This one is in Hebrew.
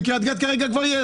בקרית גת כבר יש.